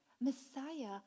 Messiah